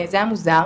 זה היה מוזר.